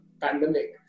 pandemic